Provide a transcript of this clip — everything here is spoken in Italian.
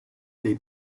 dei